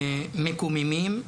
מקוממים.